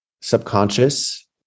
subconscious